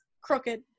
crooked